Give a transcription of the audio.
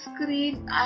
screen